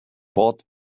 port